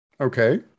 Okay